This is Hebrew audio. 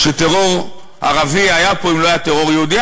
שטרור ערבי לא היה פה אם לא היה טרור יהודי.